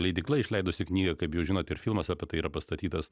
leidykla išleidusi knygą kaip jau žinot ir filmas apie tai yra pastatytas